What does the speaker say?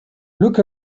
look